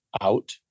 out